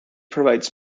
provides